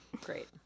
great